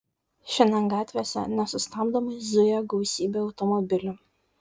šiandien gatvėse nesustabdomai zuja gausybė automobilių